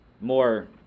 more